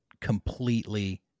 completely